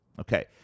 Okay